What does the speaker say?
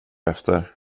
efter